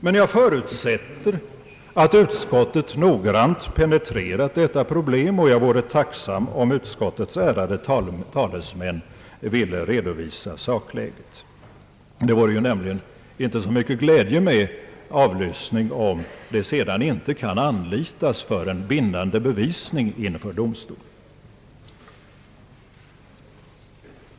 Men jag förutsätter att utskottet noggrant penetrerat detta problem, och jag vore tacksam om utskottets ärade talesmän ville redovisa sakläget. Det vore nämligen inte så mycket glädje med avlyssning om materialet sedan inte kan användas som bindande bevisning inför domstol.